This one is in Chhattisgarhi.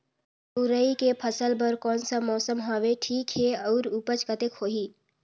मुरई के फसल बर कोन सा मौसम हवे ठीक हे अउर ऊपज कतेक होही?